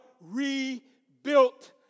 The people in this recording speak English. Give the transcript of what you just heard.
rebuilt